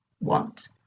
want